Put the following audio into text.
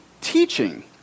teaching